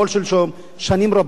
שנים רבות,